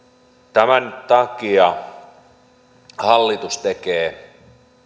tämän takia hallitus tekee